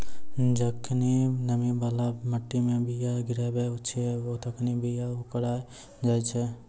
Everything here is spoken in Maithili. जखनि नमी बाला मट्टी मे बीया गिराबै छिये तखनि बीया ओकराय जाय छै